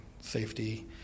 safety